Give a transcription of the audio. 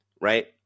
Right